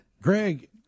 Greg